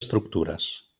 estructures